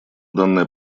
данная